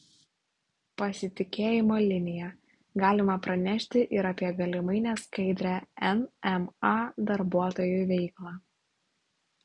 pasitikėjimo linija galima pranešti ir apie galimai neskaidrią nma darbuotojų veiklą